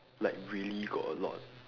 like really got a lot